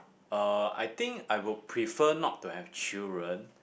uh I think I would prefer not to have children